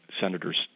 senators